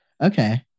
Okay